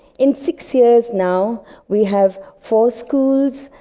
in six years now we have four schools,